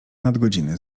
nadgodziny